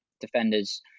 defenders